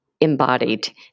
embodied